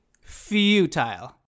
futile